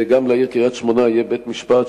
וגם לעיר קריית-שמונה יהיה בית-משפט